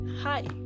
hi